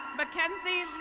mackenzie